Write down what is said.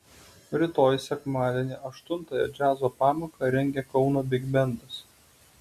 rytoj sekmadienį aštuntąją džiazo pamoką rengia kauno bigbendas